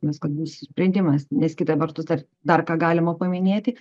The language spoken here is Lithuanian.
nes kad bus sprendimas nes kita vertus dar dar ką galima paminėti